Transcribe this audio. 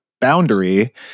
boundary